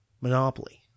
monopoly